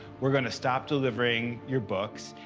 we're going to stop delivering your books.